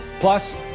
Plus